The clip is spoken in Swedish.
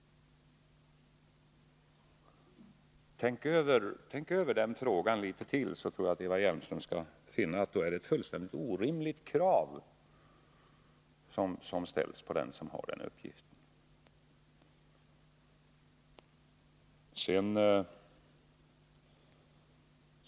Om Eva Hjelmström tänker över den frågan litet till, så tror jag att hon skall finna att det är ett fullständigt orimligt krav som ställs på den som har uppgiften att vara statsminister.